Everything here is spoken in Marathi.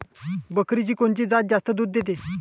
बकरीची कोनची जात जास्त दूध देते?